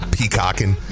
Peacocking